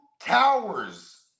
towers